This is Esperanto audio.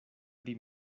pri